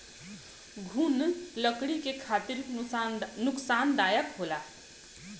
घुन लकड़ी के खातिर नुकसानदायक होला